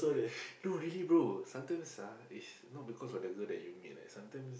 no really bro sometimes ah it's not because of the girl that you meet eh sometimes